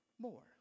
more